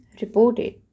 reported